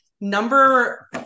number